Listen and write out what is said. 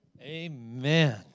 Amen